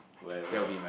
wherever you